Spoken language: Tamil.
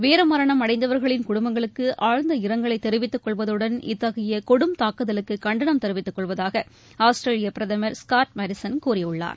வீர மரணம் அடைந்தவர்களின் குடும்பங்களுக்கு ஆழ்ந்த இரங்கலை தெரிவித்துக் கொள்வதுடன் இத்தகைய கொடும் தாக்குதலுக்கு கண்டனம் தெரிவித்துக் கொள்வதாக ஆஸ்திரேலிய பிரதமர் ஸ்காட் மாரிசன் கூறியுள்ளார்